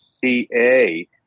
CA